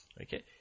Okay